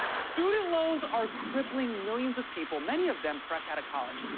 student loans are crippling millions of people, many of them fresh out of college.